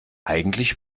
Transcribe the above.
eigentlich